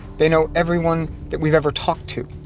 they know everyone that we've ever talked to.